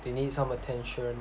they need some attention